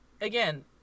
Again